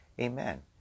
Amen